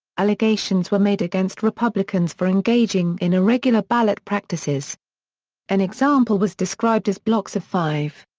allegations were made against republicans for engaging in irregular ballot practices an example was described as blocks of five.